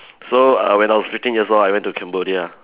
so uh when I was fifteen years old I went to Cambodia